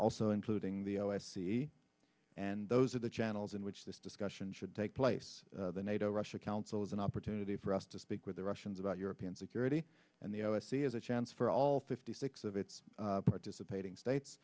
also including the o s c and those are the channels in which this discussion should take place the nato russia council is an opportunity for us to speak with the russians about european security and the o s c is a chance for all fifty six of its participating states